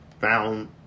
found